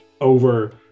over